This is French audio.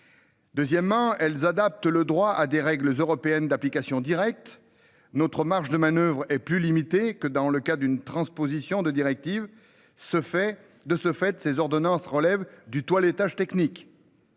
Deuxièmement elles adaptent le droit à des règles européennes d'application directe. Notre marge de manoeuvre est plus limitée que dans le cas d'une transposition de directives se fait de ce fait ses ordonnances relève du toilettage technique.